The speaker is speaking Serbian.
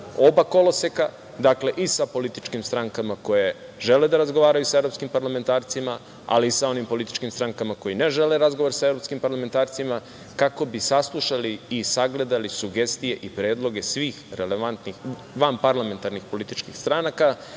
oba koloseka, dakle i sa političkim strankama koje žele da razgovaraju sa evropskim parlamentarcima, ali i sa onim političkim strankama koje ne žele razgovor sa evropskim parlamentarcima kako bi saslušali i sagledali sugestije i predloge svih relevantnih vanparlamentarnih političkih stranaka,